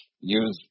use